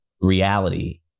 reality